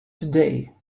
today